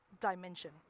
dimension